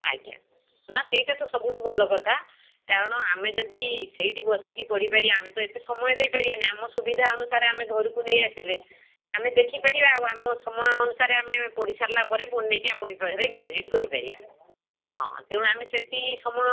ଆଜ୍ଞା ନା ସେଇଟା ତ ସବୁଠୁ ଭଲ କଥା କାରଣ ଆମେ ଯଦି ସେଠି ବସିକି ପଢ଼ି ପାରିବା ଆମେ ତ ଏତେ ସମୟ ଦେଇପାରିବା ନାହିଁ ଆମ ସୁବିଧା ଅନୁସାରେ ଆମେ ଘରକୁ ନେଇଆସିବେ ଆମେ ଦେଖିପାରିବା ଆଉ ଆମ ସମୟ ଅନୁସାରେ ଆମେ ପଢ଼ିସାରିଲା ପରେ ପୁଣି ନେଇକି ଆପଣଙ୍କ ପାଖରେ ଡିପୋଜିଟ୍ କରିପାରିବା ହଁ ତେଣୁ ଆମେ ସେଠି ସମୟ